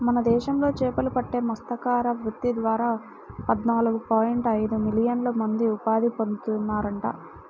మన దేశంలో చేపలు పట్టే మత్స్యకార వృత్తి ద్వారా పద్నాలుగు పాయింట్ ఐదు మిలియన్ల మంది ఉపాధి పొందుతున్నారంట